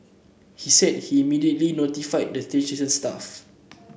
he said he immediately notified the station staff